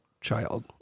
child